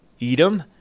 Edom